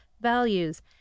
values